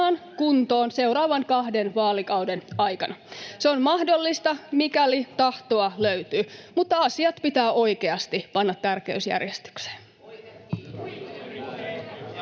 kuntoon seuraavan kahden vaalikauden aikana. Se on mahdollista, mikäli tahtoa löytyy. Mutta asiat pitää oikeasti panna tärkeysjärjestykseen.